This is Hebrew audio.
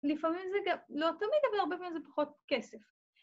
‫לפעמים זה גם... לא תמיד, ‫אבל הרבה פעמים זה פחות כסף.